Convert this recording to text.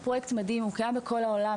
שקיים בכל העולם.